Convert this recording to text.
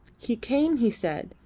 he came, he said,